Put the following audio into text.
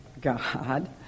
God